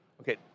Okay